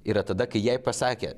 ir tada kai jai pasakė